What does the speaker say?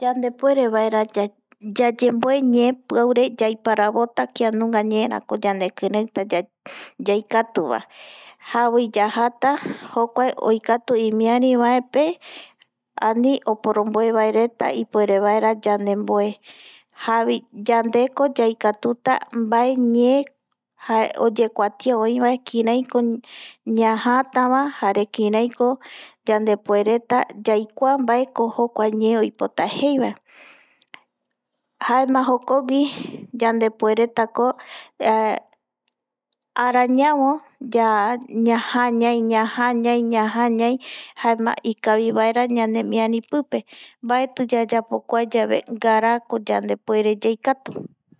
Yandepuerevaera ya yayemboe ñee piauvaere yaiparavota kianunga ñee rako yaikatuvae javoi yajata jokua oikatu imiari vaepe ani oporomboevaereta ipuere vaera yandemboe javoi yandeko yaikatuta mbae ñee jae oyekuatia oivae, kiaraitako ñajaatavajare kiraiko yandepuereta yaikua kua mbae ñee oipota jeivae jaema jokogui yandepueretako arañavo ñajaa ñai, ñajaa ñai, ñajaañai jaema ikavivaera ñanemiari pipe, mbati yayapo kua yave ngarako yandepuere yaikatu